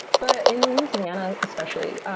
but in louisiana especially,